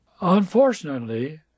Unfortunately